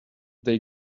they